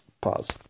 Pause